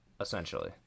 Essentially